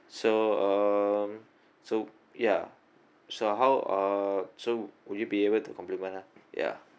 so um so ya so how uh so would you be able to compliment her ya